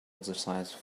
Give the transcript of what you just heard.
exercise